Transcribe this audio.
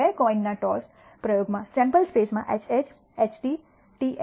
બે કોઈન ના ટોસ પ્રયોગમાં સેમ્પલ સ્પેસ માં HH HT TH